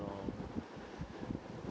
lor